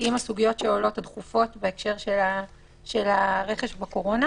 עם הסוגיות הדחופות שעולות בהקשר של הרכש בקורונה.